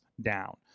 down